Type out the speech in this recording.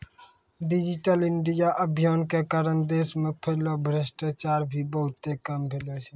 digital India अभियान के कारण देश मे फैल्लो भ्रष्टाचार भी बहुते कम भेलो छै